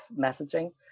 messaging